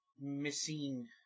missing